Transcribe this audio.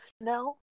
No